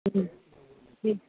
जी जी